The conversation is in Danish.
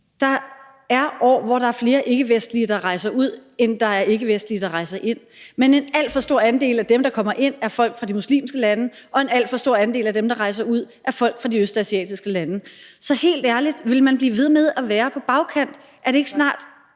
Der er år, hvor der er flere ikkevestlige, der rejser ud, end der er ikkevestlige, der rejser ind, men en alt for stor andel af dem, der kommer ind, er folk fra de muslimske lande, og en alt for stor andel af dem, der rejser ud, er folk fra de østasiatiske lande. Så helt ærligt: Vil man blive ved med at være på bagkant? Er det ikke snart